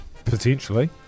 Potentially